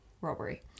robbery